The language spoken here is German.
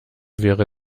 wäre